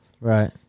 Right